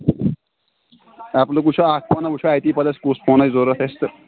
اَیٚپلُک وٕچھو اَکھ فوناہ وٕچھو اَتی پَتہٕ اَسہِ کُس فون آسہِ ضوٚرَتھ اَسہِ تہٕ